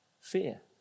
fear